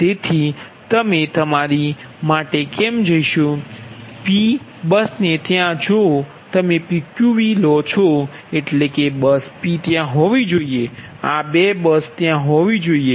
તેથી અમે તમારી માટે કેમ જઈશું P બસ ને ત્યા જો તમે PQV લો છો એટલે બસ P ત્યાં હોવી જોઈએ આ 2 બસ ત્યાં હોવી જ જોઇએ